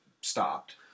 stopped